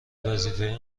وظیفه